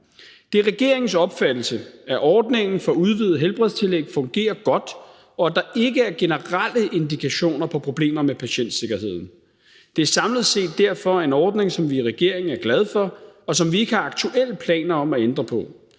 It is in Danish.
Det er regeringens opfattelse, at ordningen for udvidet helbredstillæg fungerer godt, og at der ikke er generelle indikationer på problemer med patientsikkerheden. Det er samlet set derfor en ordning, som vi i regeringen er glade for, og som vi ikke har aktuelle planer om at ændre på.